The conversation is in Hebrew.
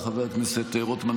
וגם חבר הכנסת רוטמן,